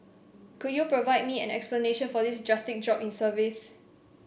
could you provide me an explanation for this drastic drop in service